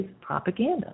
propaganda